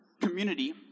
community